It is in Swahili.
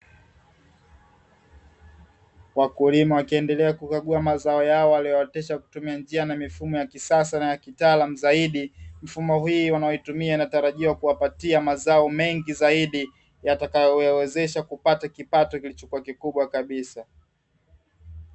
Wakulima wakiendelea kukagua mazao yao waliyoyaotesha kwa kutumia njia na mifumo ya kisasa na kitaalamu zaidi. Mifumo hii wanayoitumia inatarajia kuwapatia mazao mengi zaidi yatakayo wawezesha kupata kipato kilichokuwa kikubwa kabisa.